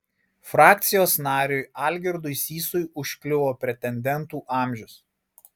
frakcijos nariui algirdui sysui užkliuvo pretendentų amžius